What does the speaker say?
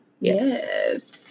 Yes